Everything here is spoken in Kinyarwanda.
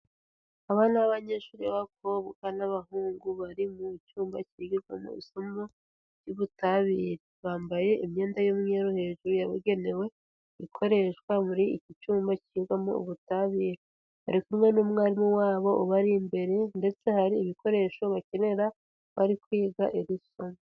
Abana b'abanyeshuri b'abakobwa n'abahungu, bari mu cyumba cyigirwamo isomo ry'Ubutabire. Bambaye imyenda y'umweru hejuru yabugenewe, ikoreshwa muri iki cyumba kigwamo Ubutabire. Bari kumwe n'umwarimu wabo ubari imbere ndetse hari ibikoresho bakenera bari kwiga iri somo.